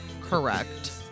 Correct